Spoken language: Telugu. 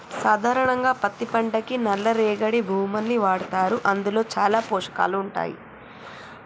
సాధారణంగా పత్తి పంటకి నల్ల రేగడి భూముల్ని వాడతారు అందులో చాలా పోషకాలు ఉంటాయి